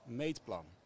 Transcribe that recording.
meetplan